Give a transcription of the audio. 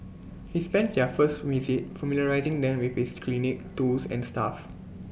he spends their first visit familiarising them with his clinic tools and staff